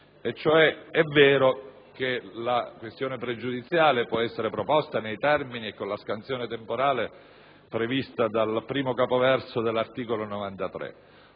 È vero che la questione pregiudiziale può essere proposta nei termini e con la scansione temporale prevista dal primo capoverso dell'articolo 93,